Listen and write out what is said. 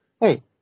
hey